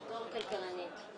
בתור כלכלנית,